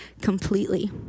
completely